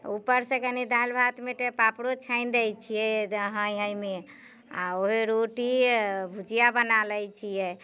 ऊपरसँ कनि दालि भातमे एकटा पापड़ो छानि दैत छियै जे हाँय हाँयमे आ रोटिए भुजिया बना लैत छियै